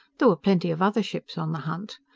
there were plenty of other ships on the hunt.